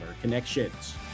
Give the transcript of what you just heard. Connections